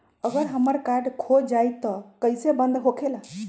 अगर हमर कार्ड खो जाई त इ कईसे बंद होकेला?